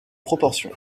proportion